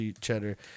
Cheddar